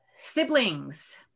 siblings